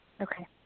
Okay